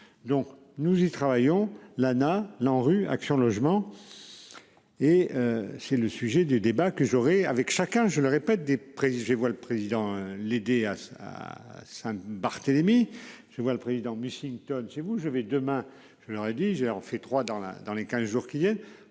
Donc, nous y travaillons l'Lana l'ANRU Action Logement. Et. C'est le sujet du débat que j'aurai avec chacun, je le répète des préjugés voit le président l'aider à se à Saint Barthélémy. Je vois le président Mussington chez vous je vais demain, je leur ai dit j'ai en fait trois dans la dans les 15 jours qui viennent